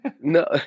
no